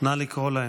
לקרוא להם.